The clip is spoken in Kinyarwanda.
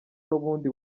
n’ubundi